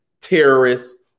terrorists